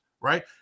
right